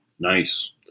Nice